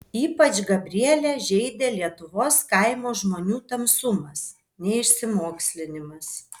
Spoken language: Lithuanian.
ypač gabrielę žeidė lietuvos kaimo žmonių tamsumas neišsimokslinimas